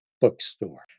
bookstore